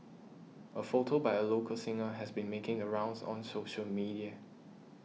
a photo by a local singer has been making a rounds on social media